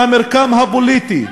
היא חלק אינטגרלי מהמרקם הפוליטי,